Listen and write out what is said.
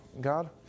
God